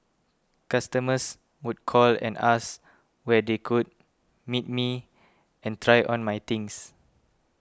customers would call and ask where they could meet me and try on my things